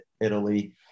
Italy